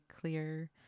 clear